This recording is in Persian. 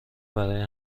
برای